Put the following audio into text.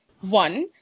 one